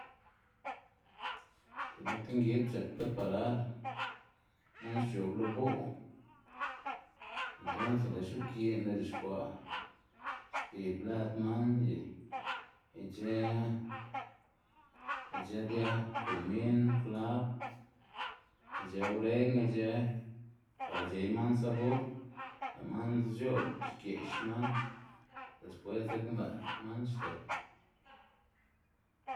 X̱iꞌk nak ti ngid c̲h̲ak preparar, man xc̲h̲o'b lo bo' entonse lë' x̱uꞌbgi'n lë' c̲h̲uxkwa', xbib lëd man y ic̲h̲ë ic̲h̲ë dia komin, kwlab, ic̲h̲ë uregna ic̲h̲ë para c̲h̲ey man sabor, lë' man zic̲h̲o'b xgë'x man despues dzekna lë' man xdo.